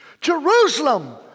Jerusalem